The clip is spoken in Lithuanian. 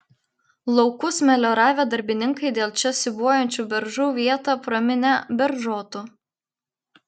laukus melioravę darbininkai dėl čia siūbuojančių beržų vietą praminė beržotu